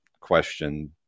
question